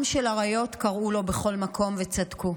עם של אריות, קראו לו בכל מקום, וצדקו.